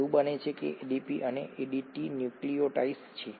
એવું બને છે કે એડીપી અને એટીપી ન્યુક્લિઓટાઇડ્સ છે